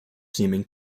seeming